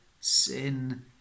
sin